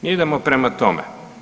Mi idemo prema tome.